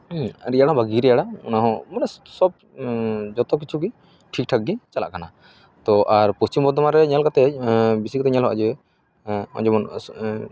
ᱟᱨ ᱨᱮᱭᱟᱲ ᱦᱚᱸ ᱵᱷᱟᱹᱜᱤ ᱜᱮ ᱨᱮᱭᱟᱲᱟ ᱚᱱᱟᱦᱚᱸ ᱢᱟᱱᱮ ᱥᱚᱵᱽ ᱡᱚᱛᱚ ᱠᱤᱪᱷᱩ ᱜᱮ ᱴᱷᱤᱠᱴᱷᱟᱠ ᱜᱮ ᱪᱟᱞᱟᱜᱼᱠᱟᱱᱟ ᱛᱚ ᱟᱨ ᱯᱚᱥᱪᱤᱢ ᱵᱚᱨᱫᱷᱚᱢᱟᱱ ᱨᱮ ᱧᱮᱞ ᱠᱟᱛᱮ ᱵᱮᱥᱤ ᱠᱚᱛᱮ ᱧᱮᱞᱚᱜᱼᱟ ᱡᱮ